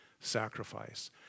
sacrifice